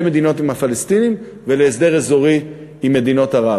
מדינות עם הפלסטינים ולהסדר אזורי עם מדינות ערב?